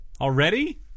Already